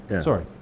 Sorry